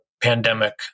pandemic